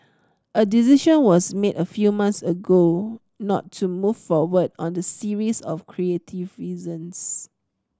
a decision was made a few months ago not to move forward on the series of creative reasons